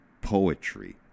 poetry